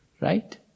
right